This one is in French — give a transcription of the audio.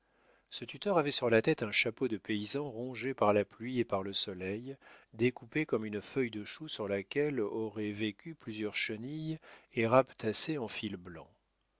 ce tuteur avait sur la tête un chapeau de paysan rongé par la pluie et par le soleil découpé comme une feuille de chou sur laquelle auraient vécu plusieurs chenilles et rapetassé en fil blanc